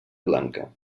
blanca